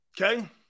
Okay